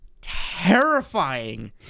terrifying